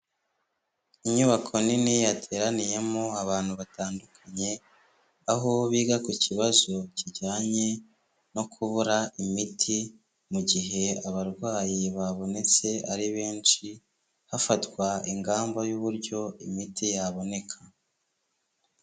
Inyubako nini yateraniyemo abantu batandukanye, aho biga ku kibazo kijyanye no kubura imiti mu gihe abarwayi babonetse ari benshi, hafatwa ingamba y'uburyo imiti yaboneka.